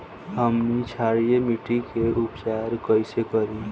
हमनी क्षारीय मिट्टी क उपचार कइसे करी?